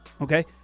Okay